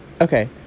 okay